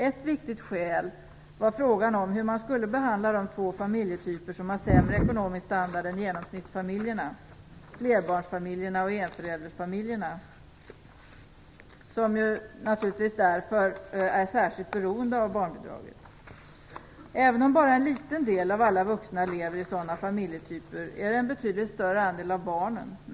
Ett viktigt skäl var frågan om hur man skulle behandla de två familjetyper som har sämre ekonomisk standard än genomsnittsfamiljerna, flerbarnsfamiljerna och enföräldersfamiljerna, som naturligtvis därför är särskilt beroende av barnbidraget. Även om bara en liten del av alla vuxna lever i sådana familjetyper är det en betydligt större andel av barnen som gör det.